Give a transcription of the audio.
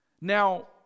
Now